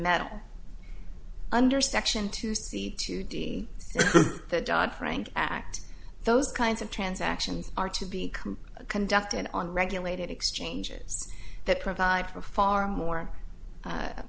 metal under section two c to d the dodd frank act those kinds of transactions are to be conducted on regulated exchanges that provide for far more